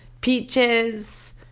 Peaches